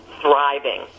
thriving